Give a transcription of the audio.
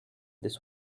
this